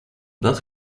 that